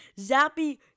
Zappy